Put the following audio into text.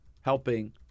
helping